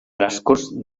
transcurs